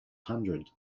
hundred